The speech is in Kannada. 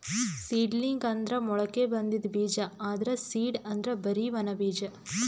ಸೀಡಲಿಂಗ್ ಅಂದ್ರ ಮೊಳಕೆ ಬಂದಿದ್ ಬೀಜ, ಆದ್ರ್ ಸೀಡ್ ಅಂದ್ರ್ ಬರಿ ಒಣ ಬೀಜ